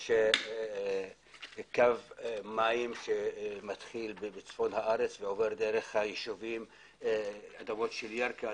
יש קו מים שמתחיל בצפון הארץ ועובר דרך האדמות של ירקה,